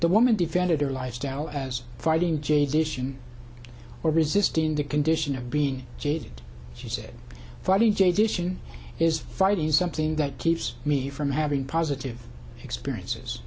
the woman defended their lifestyle as fighting jade ition or resisting the condition of being jade she said friday j dition is fighting something that keeps me from having positive experiences